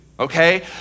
okay